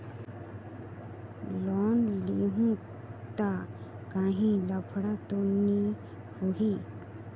Loan लेहूं ता काहीं लफड़ा तो नी होहि?